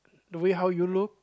the way how you look